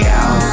out